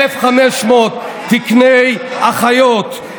1,500 תקני אחיות,